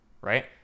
right